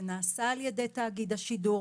זה נעשה על ידי תאגיד השידור,